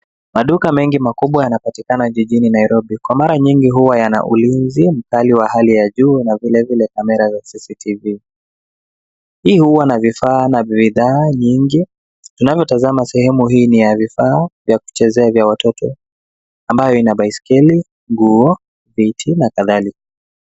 Maduka mengi makubwa yanapatikana jijini Nairobi, kwa mara nyingi huwa yana ulinzi mkali wa hali ya juu na vilevile kamera ya cctv, hii hua na vifaa na bidhaa nyingi, vinavyotazama sehemu ya vifaa ya kuchezea vya watoto ambayo ina baiskeli, nguo, viti na kadhalika.